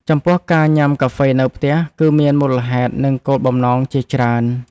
ចំពោះ ការញ៉ាំកាហ្វេនៅផ្ទះ គឺមានមូលហេតុ និងគោលបំណងជាច្រើន។